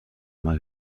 más